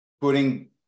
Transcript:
putting